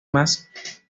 más